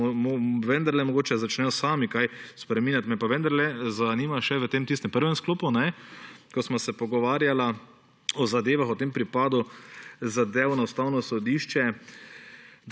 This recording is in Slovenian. mogoče začnejo sami kaj spreminjati. Me pa vendarle zanima še v tistem prvem sklopu, ko sva se pogovarjala o tem pripadu zadev na Ustavno sodišče,